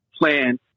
plan